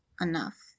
enough